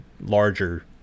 larger